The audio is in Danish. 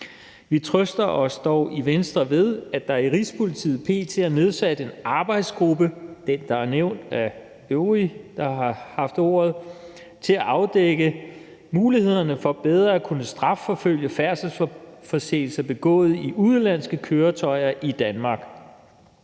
Vi trøster os dog i Venstre ved, at der i Rigspolitiet p.t. er nedsat en arbejdsgruppe, nemlig den, der er nævnt af de øvrige, der har haft ordet, til at afdække mulighederne for bedre at kunne strafforfølge færdselsforseelser begået af udenlandske køretøjer i Danmark.